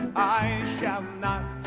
i shall not